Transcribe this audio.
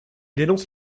dénonce